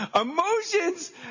Emotions